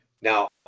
Now